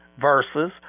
versus